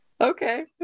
Okay